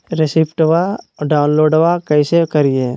रेसिप्टबा डाउनलोडबा कैसे करिए?